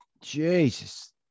Jesus